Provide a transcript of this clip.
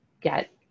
get